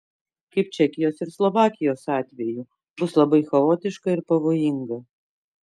kaip čekijos ir slovakijos atveju bus labai chaotiška ir pavojinga